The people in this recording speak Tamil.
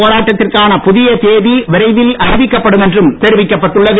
போராட்டத்திற்கான புதிய தேதி விரைவில் அறிவிக்கப்படும் என்றும் தெரிவிக்கப்பட்டுள்ளது